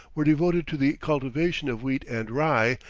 were devoted to the cultivation of wheat and rye,